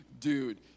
dude